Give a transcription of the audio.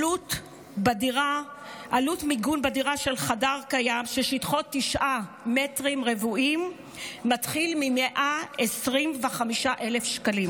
עלות מיגון בדירה של חדר קיים ששטחו 9 מ"ר מתחילה מ-125,000 שקלים.